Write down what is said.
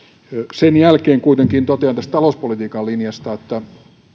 sen jälkeen kuitenkin totean tästä talouspolitiikan linjasta että kyllä